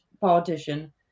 politician